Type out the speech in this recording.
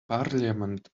parliament